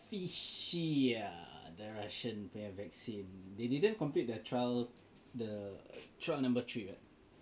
fishy ah the Russian punya vaccine they didn't complete the trial the trial number three [what]